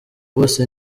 bose